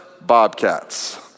Bobcats